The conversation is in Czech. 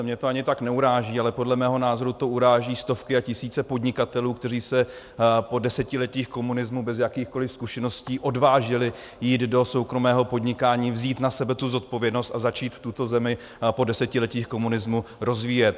Mě to ani tak neuráží, ale podle mého názoru to uráží stovky a tisíce podnikatelů, kteří se po desetiletích komunismu bez jakýchkoli zkušeností odvážili jít do soukromého podnikání, vzít na sebe tu zodpovědnost a začít tuto zemi po desetiletích komunismu rozvíjet.